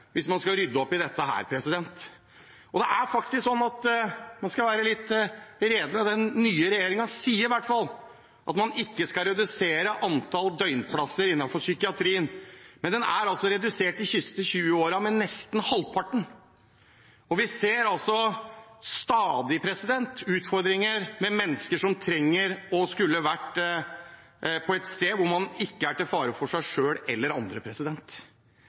rydde opp i dette. Det er faktisk sånn – og nå skal jeg være rede – at den nye regjeringen i hvert fall sier at man ikke skal redusere antall døgnplasser innenfor psykiatrien. Men man har altså de siste tjue årene redusert nesten halvparten av dem. Vi ser stadig utfordringer med mennesker som trenger – og skulle vært på – et sted hvor man ikke er til fare for seg selv eller andre.